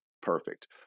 perfect